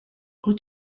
wyt